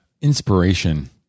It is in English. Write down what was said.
inspiration